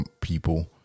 people